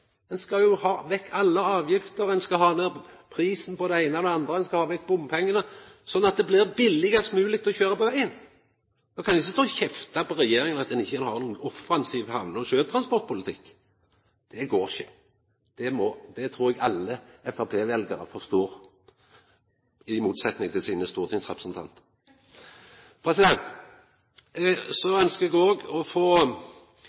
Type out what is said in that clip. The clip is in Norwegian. Ein skal ha vekk alle avgifter, ein skal ha ned prisen på det eine og det andre, ein skal ha vekk bompengane, slik at det blir billigast mogleg å kjøra på vegen. Då kan ein ikkje stå og kjefta på regjeringa for at ho ikkje har nokon offensiv hamne- og sjøtransportpolitikk. Det går ikkje. Det trur eg alle framstegspartiveljarar forstår, i motsetjing til sine stortingsrepresentantar. Så ønskjer eg òg å få